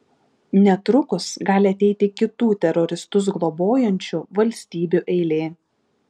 netrukus gali ateiti kitų teroristus globojančių valstybių eilė